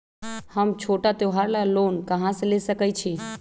हम छोटा त्योहार ला लोन कहां से ले सकई छी?